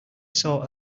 saw